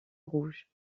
rouge